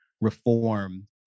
reform